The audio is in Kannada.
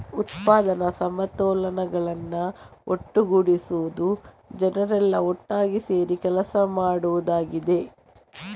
ಉತ್ಪಾದನಾ ಸಂಪನ್ಮೂಲಗಳನ್ನ ಒಟ್ಟುಗೂಡಿಸುದು ಜನರೆಲ್ಲಾ ಒಟ್ಟಾಗಿ ಸೇರಿ ಕೆಲಸ ಮಾಡುದಾಗಿದೆ